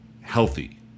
healthy